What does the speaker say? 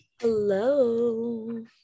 hello